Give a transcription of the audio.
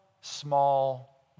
small